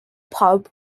pub